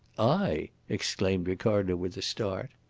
i! exclaimed ricardo, with a start.